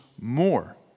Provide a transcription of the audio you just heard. more